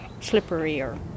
slipperier